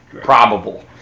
probable